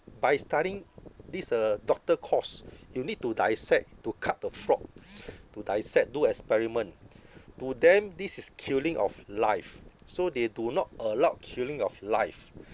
by studying this uh doctor course you need to dissect to cut the frog to dissect do experiment to them this is killing of life so they do not allow killing of life